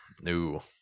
No